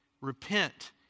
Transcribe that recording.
Repent